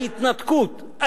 ההתנתקות,